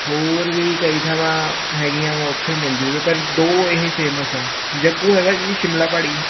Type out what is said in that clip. ਹੋਰ ਵੀ ਕਈ ਥਾਵਾਂ ਹੈਗੀਆਂ ਵਾ ਉੱਥੇ ਮਿਲਜੂਗੇ ਪਰ ਦੋ ਇਹ ਫੇਮਸ ਹੈ ਜੱਗੂ ਹੈਗਾ ਜੀ ਸ਼ਿਮਲਾ ਪਹਾੜੀ